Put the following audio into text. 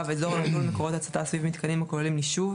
אזור נטול מקורות הצתה סביב מיתקנים הכוללים נישוב,